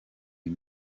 une